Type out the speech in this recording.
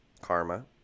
karma